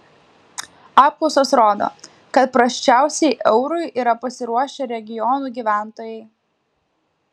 apklausos rodo kad prasčiausiai eurui yra pasiruošę regionų gyventojai